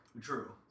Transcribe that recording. True